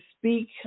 speak